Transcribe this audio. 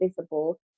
visible